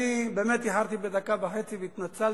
אני באמת איחרתי בדקה וחצי והתנצלתי,